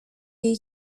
jej